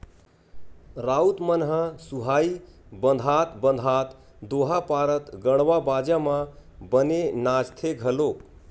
राउत मन ह सुहाई बंधात बंधात दोहा पारत गड़वा बाजा म बने नाचथे घलोक